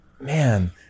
man